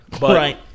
Right